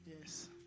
Yes